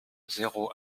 zéro